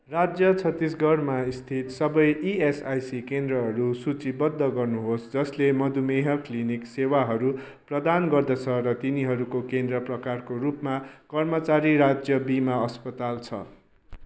राज्य छत्तिसगढमा स्थित सबै इएसआइसी केन्द्रहरू सूचीबद्ध गर्नुहोस् जसले मधुमेह क्लिनिक सेवाहरू प्रदान गर्दछ र तिनीहरूको केन्द्र प्रकारको रूपमा कर्मचारी राज्य बिमा अस्पताल छ